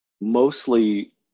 mostly